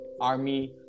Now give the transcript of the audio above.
army